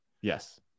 Yes